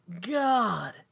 god